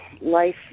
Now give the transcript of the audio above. life